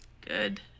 Good